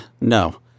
no